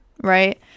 right